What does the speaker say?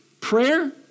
Prayer